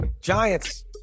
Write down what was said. Giants